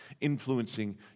influencing